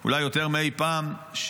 אולי יותר מאי פעם,